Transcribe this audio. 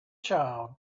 child